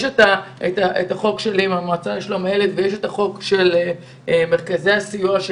יש את החוק שלי עם המועצה לשלום הילד ויש את החוק של מרכזי הסיוע,